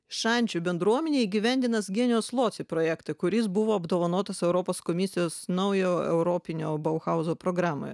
šančių bendruomenei įgyvendinus genius loci projektą kuris buvo apdovanotas europos komisijos naujo europinio bauhauzo programoje